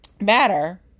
Matter